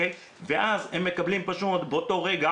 ואז הם מקבלים באותו רגע,